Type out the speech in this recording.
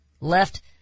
left